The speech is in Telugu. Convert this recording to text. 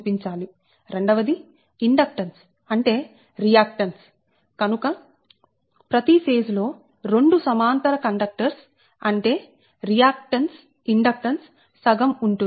రెండవది ఇండక్టెన్స్ అంటే రియాక్టన్స్ కనుక ప్రతి ఫేజ్ లో రెండు సమాంతర కండక్టర్స్ అంటే రియాక్టన్స్ ఇండక్టెన్స్ సగం ఉంటుంది